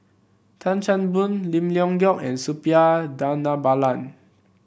Tan Chan Boon Lim Leong Geok and Suppiah Dhanabalan